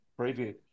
preview